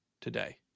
today